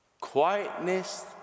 Quietness